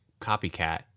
copycat